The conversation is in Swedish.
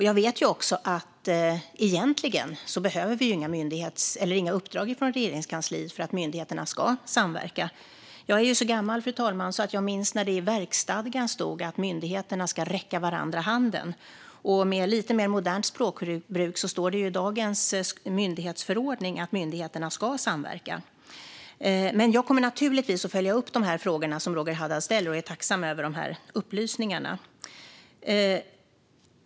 Jag vet också att vi egentligen inte behöver några uppdrag från Regeringskansliet för att myndigheterna ska samverka. Jag är så gammal, fru talman, att jag minns när det i verksstadgan stod att myndigheterna skulle räcka varandra handen. Med lite mer modernt språkbruk står det i dagens myndighetsförordning att myndigheterna ska samverka. Jag kommer dock naturligtvis att följa upp de frågor som Roger Haddad ställer och är tacksam över de här upplysningarna.